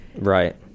Right